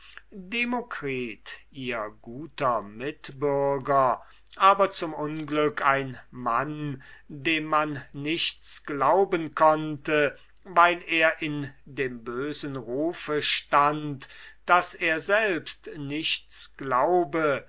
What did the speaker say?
demokritus ihr guter mitbürger aber zum unglück ein mann dem man nichts glauben konnte weil er in dem bösen rufe stand daß er selbst nichts glaube